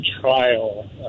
trial